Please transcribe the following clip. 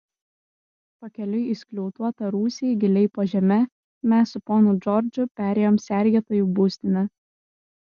pakeliui į skliautuotą rūsį giliai po žeme mes su ponu džordžu perėjom sergėtojų būstinę